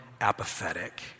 apathetic